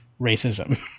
racism